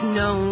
no